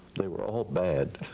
they were all bad,